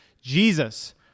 Jesus